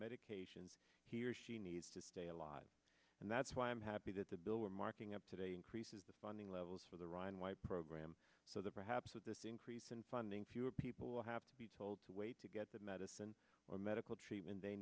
medications he or she needs to stay alive and that's why i'm happy that the bill we're marking up today increases the funding levels for the ryan white program so that perhaps at this increase in funding fewer people will have to be told to wait to get the medicine or medical treatment they